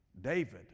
David